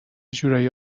جورایی